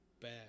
bad